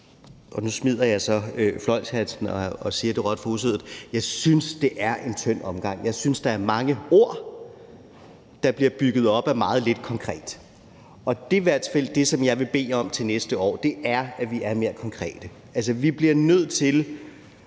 på. Nu smider jeg så fløjlshandskerne og siger det råt for usødet: Jeg synes, det er en tynd omgang, jeg synes, der er mange ord, der bliver fulgt op af meget lidt konkret, og det er hvert fald det, som jeg vil bede om til næste år, nemlig at vi er mere konkrete. Vi bliver nødt til